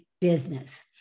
business